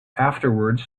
afterwards